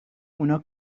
اونا